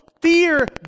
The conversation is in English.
Fear